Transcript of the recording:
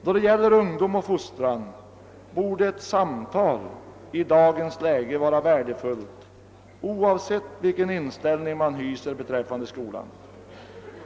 Då det gäller ungdom och fostran borde i dagens läge ett samtal vara värdefullt oavsett vilken inställning man har beträffande skolan.